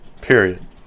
Period